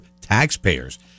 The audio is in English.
taxpayers